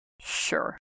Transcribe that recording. Sure